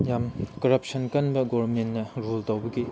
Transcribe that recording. ꯌꯥꯝ ꯀꯔꯞꯁꯟ ꯀꯟꯕ ꯒꯣꯕꯔꯟꯃꯦꯟꯅ ꯔꯨꯜ ꯇꯧꯕꯒꯤ